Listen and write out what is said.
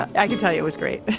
i can tell you. it was great.